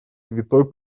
святой